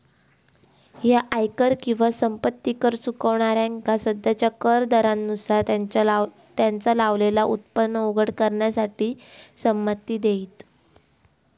ह्या आयकर किंवा संपत्ती कर चुकवणाऱ्यांका सध्याच्या कर दरांनुसार त्यांचा लपलेला उत्पन्न उघड करण्याची संमती देईत